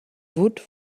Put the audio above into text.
woot